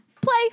Play